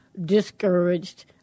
discouraged